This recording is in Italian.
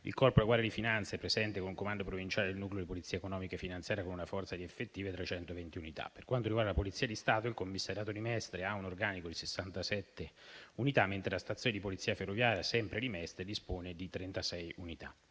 il Corpo della guardia di finanza è presente con il comando provinciale e il nucleo di polizia economica e finanziaria, con una forza effettiva di 320 unità. Per quanto riguarda la Polizia di Stato, il commissariato di Mestre ha un organico di 67 unità, mentre la sezione di Polizia ferroviaria di Mestre dispone di 36 unità.